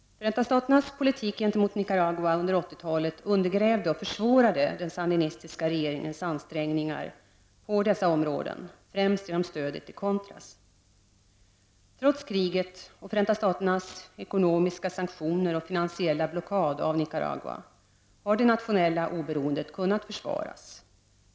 Förenta Statenas politik gentemot Nicaragua under 80-talet undergrävde och försvårade den sandinistiska regeringens ansträngningar på dessa områden främst genom stödet till contras. Trots kriget och Förenta Staternas ekonomiska sanktioner och finansiella blockad av Nicaragua, har det nationella oberoendet kunnat försvaras.